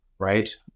right